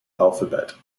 alphabet